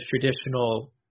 traditional